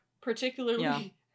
Particularly